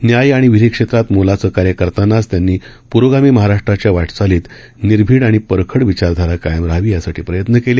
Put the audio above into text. न्याय आणि विधी क्षेत्रात मोलाचे कार्य करतानाच त्यांनी प्रोगामी महाराष्ट्राच्या वाटचालीत निर्भीड आणि परखड विचारधारा कायम राहावी यासाठी प्रयत्न केले